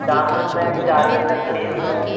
ਸ਼ਾਮ ਨੂੰ ਮੈਂ ਚਾਰ ਵਜੇ ਤੱਕ ਫ੍ਰੀ ਹੁੰਦਾ ਹੈ